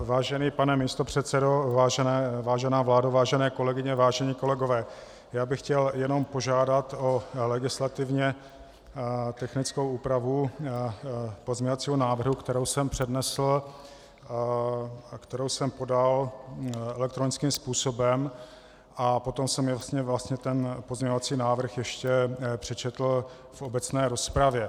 Vážený pane místopředsedo, vážená vládo, vážené kolegyně, vážení kolegové, já bych chtěl jenom požádat o legislativně technickou úpravu pozměňovacího návrhu, kterou jsem přednesl a kterou jsem podal elektronickým způsobem, a potom jsem vlastně ten pozměňovací návrh ještě přečetl v obecné rozpravě.